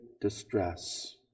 distress